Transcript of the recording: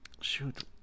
shoot